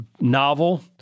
novel